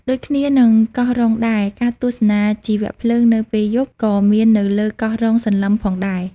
ដូចគ្នានឹងកោះរ៉ុងដែរ ការទស្សនាជីវភ្លើង នៅពេលយប់ក៏មាននៅលើកោះរ៉ុងសន្លឹមផងដែរ។